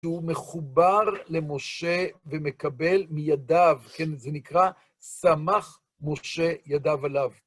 שהוא מחובר למשה ומקבל מידיו, כן? זה נקרא, סמך משה ידיו עליו.